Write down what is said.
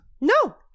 No